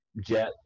jet